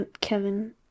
Kevin